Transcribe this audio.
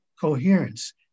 coherence